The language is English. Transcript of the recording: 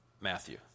Matthew